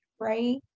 right